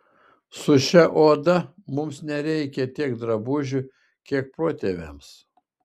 su šia oda mums nereikia tiek drabužių kiek protėviams